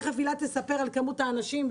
תיכף הילה תספר על כמות האנשים.